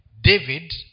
David